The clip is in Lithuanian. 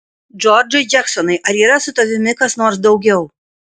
džordžai džeksonai ar yra su tavimi kas nors daugiau